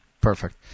Perfect